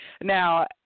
now